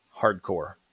hardcore